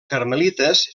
carmelites